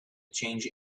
change